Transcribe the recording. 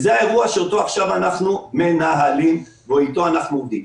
זה האירוע שאותו עכשיו אנחנו מנהלים ואיתו אנחנו עובדים.